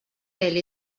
elle